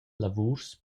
lavurs